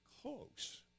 close